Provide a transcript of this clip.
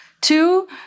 Two